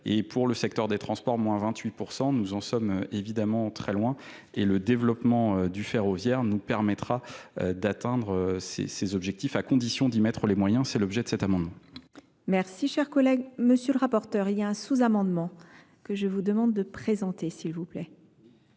pour le secteur des transports moins vingt huit pour cent nous en sommes évidemment très loin et le développement du ferroviaire nous permettra d'atteindre ces ces objectifs à condition d'y mettre les moyens et c'est l'objet de cet amendement cher collègue monsieur le rapporteur il y a un sous amendement que je vous demande de présenter c'est